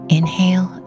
Inhale